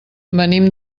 venim